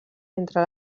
entre